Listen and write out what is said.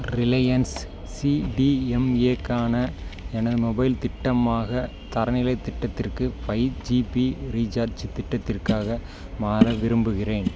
Reliance சிடிஎம்ஏக்கான எனது mobile திட்டமாக தரநிலை திட்டத்திற்கு ஃபைவ் ஜிபி ரீசார்ஜு திட்டத்திற்காக மாற்ற விரும்புகின்றேன்